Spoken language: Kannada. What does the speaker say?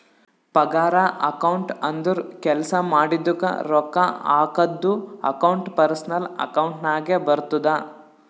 ಪಗಾರ ಅಕೌಂಟ್ ಅಂದುರ್ ಕೆಲ್ಸಾ ಮಾಡಿದುಕ ರೊಕ್ಕಾ ಹಾಕದ್ದು ಅಕೌಂಟ್ ಪರ್ಸನಲ್ ಅಕೌಂಟ್ ನಾಗೆ ಬರ್ತುದ